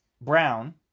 Brown